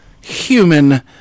human